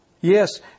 Yes